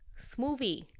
smoothie